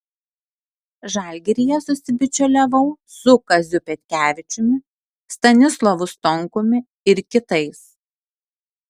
žalgiryje susibičiuliavau su kaziu petkevičiumi stanislovu stonkumi ir kitais